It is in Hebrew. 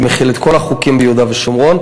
הייתי מחיל את כל החוקים ביהודה ושומרון.